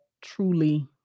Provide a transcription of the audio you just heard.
truly